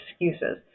excuses